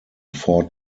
four